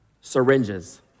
syringes